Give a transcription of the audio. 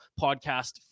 podcast